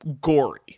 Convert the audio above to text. gory